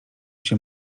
się